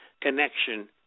connection